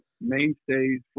mainstays